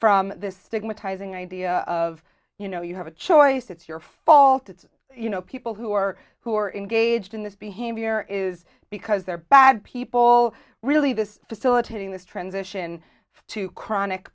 from this stigmatizing idea of you know you have a choice it's your fault it's you know people who are who are engaged in this behavior is because they're bad people really this facilitating this transition to chronic